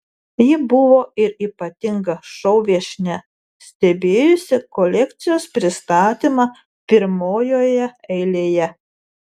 ji buvo ir ypatinga šou viešnia stebėjusi kolekcijos pristatymą pirmojoje eilėje